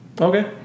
okay